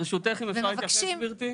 ברשותך אם אפשר להתייחס גברתי.